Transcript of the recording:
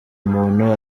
umuntu